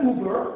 Uber